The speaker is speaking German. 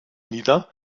nieder